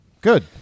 good